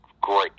great